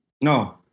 No